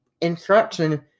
instruction